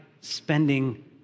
spending